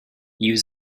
use